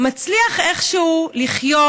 מצליח איכשהו לחיות,